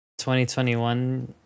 2021